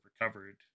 recovered